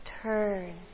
turn